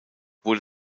wurde